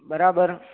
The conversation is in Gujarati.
બરાબર